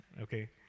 okay